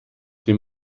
dem